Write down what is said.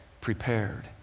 prepared